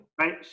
Right